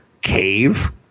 cave